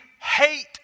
hate